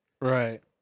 Right